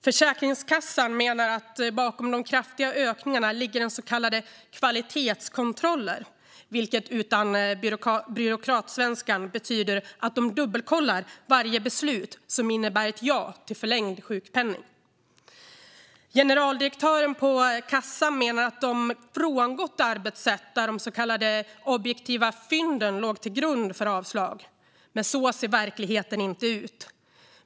Försäkringskassan menar att bakom den kraftiga ökningen ligger så kallade kvalitetskontroller, vilket utan byråkratsvenskan betyder att de dubbelkollar varje beslut som innebär ett ja till förlängd sjukpenning. Generaldirektören på kassan menar att de frångått arbetssättet där avsaknad av så kallade objektiva fynd låg till grund för avslagen. Men så ser inte verkligheten ut.